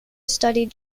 studied